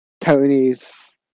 Tony's